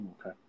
Okay